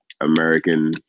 American